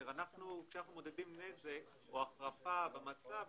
כשאנחנו מודדים נזק או החרפה במצב,